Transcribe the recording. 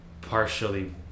partially